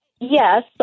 Yes